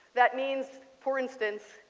that means for instance,